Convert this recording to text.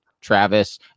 Travis